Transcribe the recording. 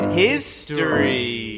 history